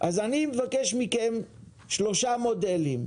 אני מבקש מכם שלושה מודלים,